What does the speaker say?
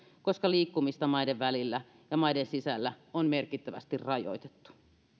koska liikkumista maiden välillä ja maiden sisällä on merkittävästi rajoitettu